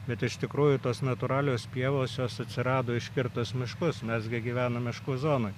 bet iš tikrųjų tos natūralios pievos jos atsirado iškirtus miškus mes gi gyvenam miškų zonoj